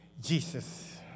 Jesus